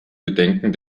bedenken